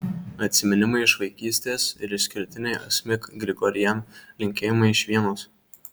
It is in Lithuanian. atsiminimai iš vaikystės ir išskirtiniai asmik grigorian linkėjimai iš vienos